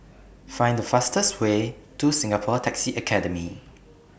Find The fastest Way to Singapore Taxi Academy